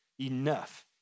enough